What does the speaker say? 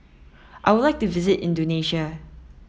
I would like to visit Indonesia